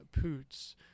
Poots